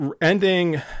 ending